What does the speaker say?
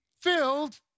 filled